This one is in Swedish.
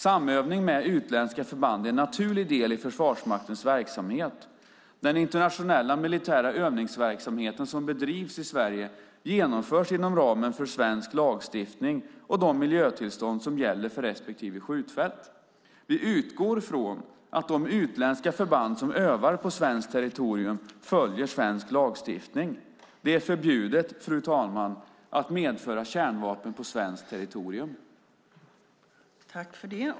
Samövning med utländska förband är en naturlig del i Försvarsmaktens verksamhet. Den internationella militära övningsverksamhet som bedrivs i Sverige genomförs inom ramen för svensk lagstiftning och de miljötillstånd som gäller för respektive skjutfält. Vi utgår från att de utländska förband som övar på svenskt territorium följer svensk lagstiftning. Det är förbjudet, fru talman, att medföra kärnvapen på svenskt territorium.